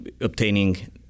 obtaining